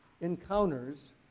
encounters